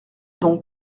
donc